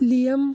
lim